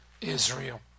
Israel